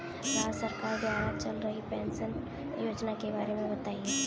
राज्य सरकार द्वारा चल रही पेंशन योजना के बारे में बताएँ?